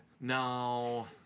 no